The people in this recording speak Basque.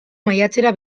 maiatzera